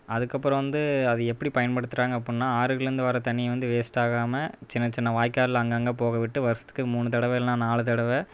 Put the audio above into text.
அதுக்கப்புறம் வந்து அது எப்படி பயன்படுத்துகிறாங்க அப்புடின்னா ஆறுகள்லேருந்து வர தண்ணியை வந்து வேஸ்ட்டாகாமல் சின்ன சின்ன வாய்க்காலில் அங்கங்கே போக விட்டு வருஷத்துக்கு மூணு தடவை இல்லைனா நாலு தடவை